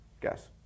Guess